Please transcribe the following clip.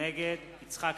נגד יצחק